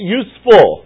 useful